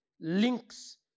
links